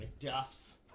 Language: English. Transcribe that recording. McDuff's